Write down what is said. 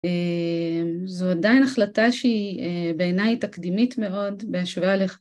זו עדיין החלטה שהיא בעיניי תקדימית מאוד בהשוואה ל...